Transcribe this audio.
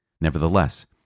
Nevertheless